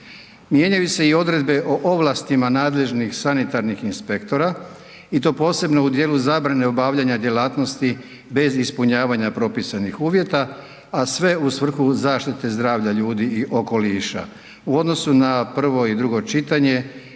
Mijenjaju se i odredbe o ovlastima nadležnih sanitarnih inspektora i to posebno u dijelu zabrane obavljanja djelatnosti bez ispunjavanja propisanih uvjeta, a sve u svrhu zaštite zdravlja ljudi i okoliša. U odnosu na prvo i drugo čitanje